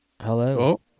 Hello